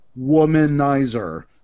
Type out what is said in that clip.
womanizer